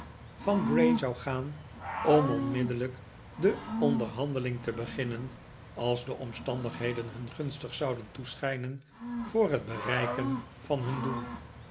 van bray zou gaan om onmiddellijk de onderhandeling te beginnen als de omstandigheden hun gunstig zouden toeschijnen voor het bereiken van hun doel